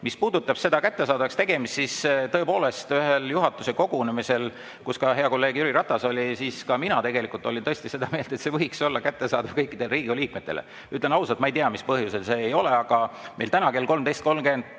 Mis puudutab seda kättesaadavaks tegemist, siis tõepoolest ühel juhatuse kogunemisel, kus ka hea kolleeg Jüri Ratas oli, olin ma seda meelt, et see võiks olla kättesaadav kõikidele Riigikogu liikmetele. Ütlen ausalt, ma ei tea, mis põhjusel see ei ole. Aga meil on täna kell 13.30